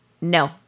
no